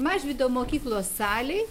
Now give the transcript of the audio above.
mažvydo mokyklos salėj